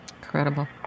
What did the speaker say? Incredible